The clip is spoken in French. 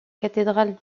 cathédrale